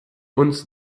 uns